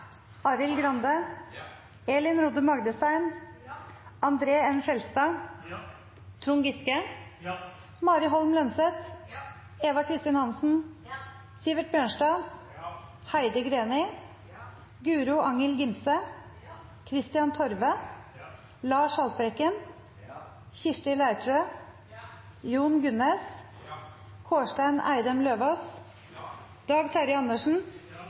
Arild Grande, Elin Rodum Agdestein, André N. Skjelstad, Trond Giske, Mari Holm Lønseth, Eva Kristin Hansen, Sivert Bjørnstad, Heidi Greni, Guro Angell Gimse, Kristian Torve, Lars Haltbrekken, Kirsti